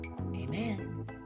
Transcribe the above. Amen